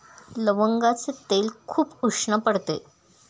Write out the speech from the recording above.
लवंगाचे तेल खूप उष्ण पडते